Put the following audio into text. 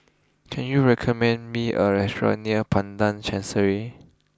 can you recommend me a restaurant near Padang Chancery